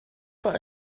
for